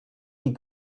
die